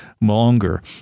longer